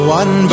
one